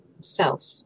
self